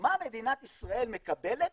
מה מדינת ישראל מקבלת